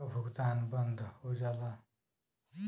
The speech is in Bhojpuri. क भुगतान बंद हो जाला